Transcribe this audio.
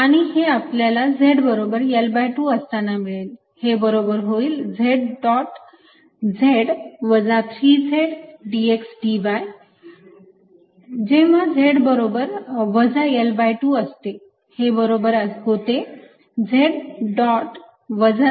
आणि हे आपल्याला z बरोबर L2 असताना मिळेल हे बरोबर होईल z डॉट z वजा 3z dx dy जेव्हा z बरोबर वजा L2 असते हे बरोबर होते z डॉट Z